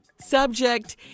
Subject